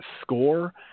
score